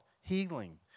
healing